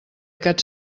aquest